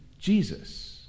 Jesus